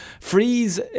Freeze